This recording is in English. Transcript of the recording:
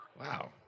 Wow